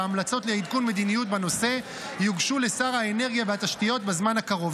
וההמלצות לעדכון מדיניות בנושא יוגשו לשר האנרגיה והתשתיות בזמן הקרוב.